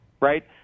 Right